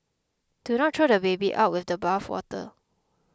do not throw the baby out with the bathwater